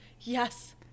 Yes